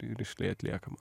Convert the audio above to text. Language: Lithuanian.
ir rišliai atliekama